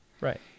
right